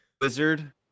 Wizard